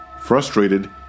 Frustrated